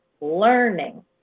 learning